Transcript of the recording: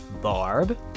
Barb